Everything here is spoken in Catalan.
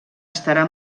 estarà